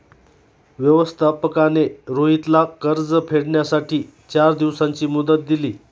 व्यवस्थापकाने रोहितला कर्ज फेडण्यासाठी चार दिवसांची मुदत दिली